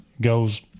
goes